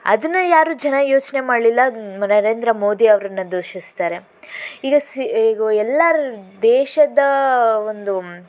ಅದನ್ನು ಯಾರೂ ಜನ ಯೋಚನೆ ಮಾಡಲಿಲ್ಲ ನರೇಂದ್ರ ಮೋದಿ ಅವರನ್ನ ದೂಷಿಸ್ತಾರೆ ಈಗ ಎಲ್ಲರ ದೇಶದ ಒಂದು